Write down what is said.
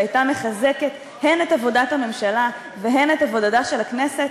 שהייתה מחזקת הן את עבודת הממשלה והן את עבודתה של הכנסת,